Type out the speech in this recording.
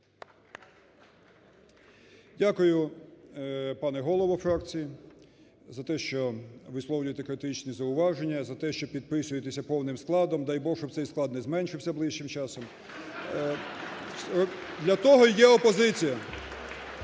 Дякую, пане голово фракції за те, що висловлюєте критичні зауваження, за те, що підписуєтеся повним складом, дай Бог, щоб цей склад не зменшився ближчим часом. Для того є опозиція…